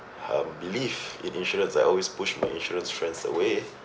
um believe in insurance I always push my insurance friends away